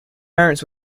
parents